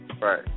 right